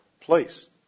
place